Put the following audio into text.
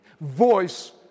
voice